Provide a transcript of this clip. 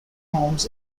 homes